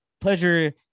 Pleasure-